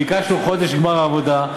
ביקשנו חודש לגמר העבודה.